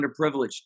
underprivileged